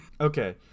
Okay